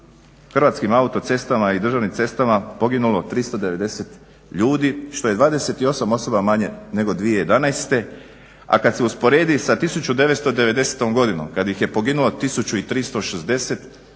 Hrvatskim autocestama i državnim cestama poginulo 390 ljudi što je 28 osoba manje nego 2011., a kad se usporedi sa 1990. godinom kad ih je poginulo 1360 vidljiv